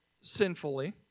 sinfully